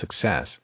success